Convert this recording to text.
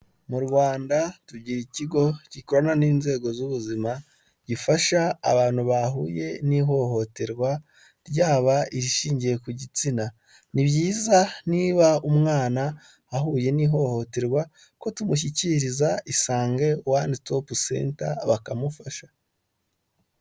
Mu Rwanda tugira ikigo gikorana n'inzego z'ubuzima, gifasha abantu bahuye n'ihohoterwa ryaba irishingiye ku gitsina, ni byiza niba umwana ahuye n'ihohoterwa ko tumushyikiriza isange wani sitopu senta bakamufasha.